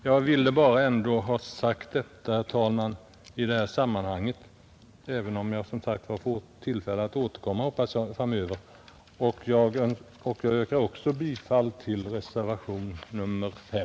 Jag ville bara ha sagt detta, herr talman, i detta sammanhang trots att jag som sagt hoppas få tillfälle återkomma till frågan framöver. Jag yrkar också bifall till reservationen 5.